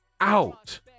out